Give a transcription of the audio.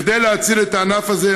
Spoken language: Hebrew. כדי להציל את הענף הזה,